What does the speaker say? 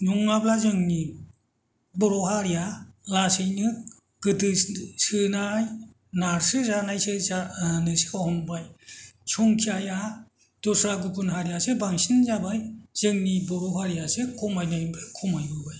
नङाब्ला जोंनि बर' हारिया लासैनो गोदोसोनाय नारसोजानायसो जा जानोसो हमबाय संख्याया दस्रा गुबुन हारियासो बांसिन जाबाय जोंनि बर' हारियासो खमायनायनिफ्राय खमायबोबाय